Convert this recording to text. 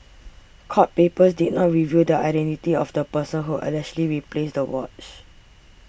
court papers did not reveal the identity of the person who allegedly replaced the watch